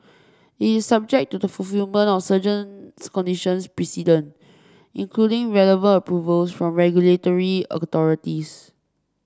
it is subject to the fulfilment of conditions precedent including relevant approvals from regulatory authorities